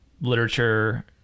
literature